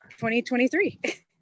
2023